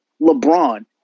LeBron